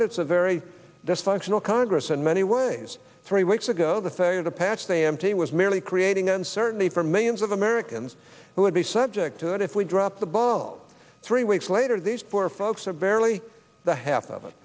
it it's a very dysfunctional congress in many ways three weeks ago the failure to pass the a m t was merely creating uncertainty for millions of americans who would be subject to it if we dropped the ball three weeks later these poor folks are barely the half of it